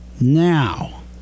Now